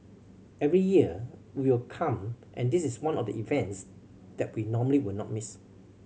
every year we will come and this is one of the events that we normally will not miss